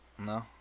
No